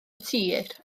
tir